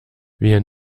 wir